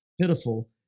pitiful